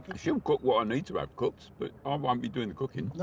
she'll cook what i need to have cooked. but i won't be doing the cooking.